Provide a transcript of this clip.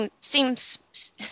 seems